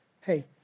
hey